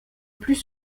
plus